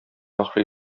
яхшы